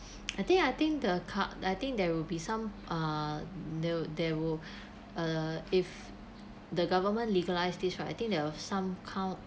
I think I think the card I think there will be some err new there will err if the government legalise this right I think there were some count